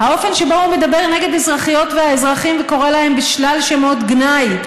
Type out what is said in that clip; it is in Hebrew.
האופן שבו הוא מדבר נגד אזרחיות והאזרחים וקורא להם בשלל שמות גנאי,